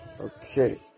Okay